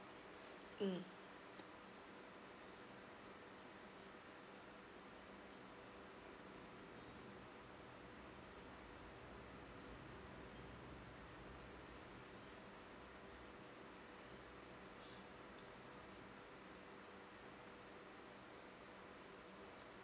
mm